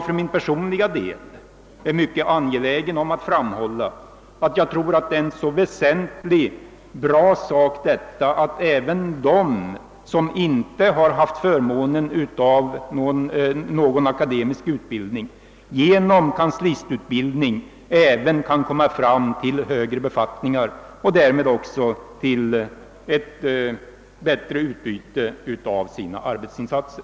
För min personliga del är jag emellertid mycket angelägen att framhålla, att jag anser det väsentligt att även de som inte haft förmånen att få någon akademisk utbildning genom kanslistutbildning kan nå högre befattningar och därmed få bättre utbyte av sina arbetsinsatser.